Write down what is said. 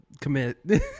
commit